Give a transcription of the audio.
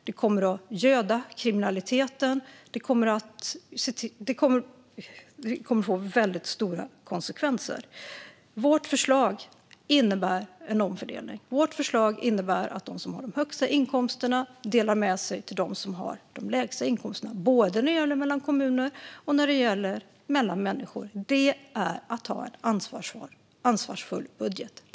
Det kommer att göda kriminaliteten och få väldigt stora konsekvenser. Vårt förslag innebär en omfördelning och att de som har de högsta inkomsterna delar med sig till dem som har de lägsta inkomsterna, både mellan kommuner och mellan människor. Det är att ha en ansvarsfull budget.